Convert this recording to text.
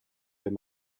wenn